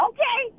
Okay